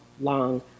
long